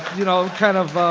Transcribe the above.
you know, kind of